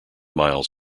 miles